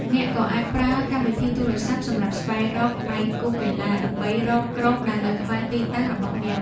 អ្នកក៏អាចប្រើកម្មវិធីទូរស័ព្ទសម្រាប់ស្វែងរកដៃគូកីឡា ដើម្បីរកក្រុមដែលនៅក្បែរទីតាំងរបស់អ្នក។